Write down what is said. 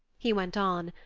he went on,